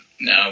no